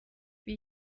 wie